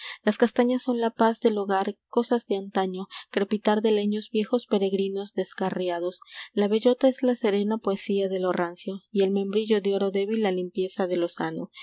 las castañas son la paz l el hogar cosas de antaño crepitar de leños viejos peregrinos descarriados la bellota es la serena poesía de lo rancio el membrillo de oro débil pu limpieza de